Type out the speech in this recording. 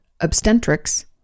obstetrics